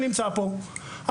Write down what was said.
שנמצא פה,